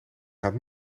gaat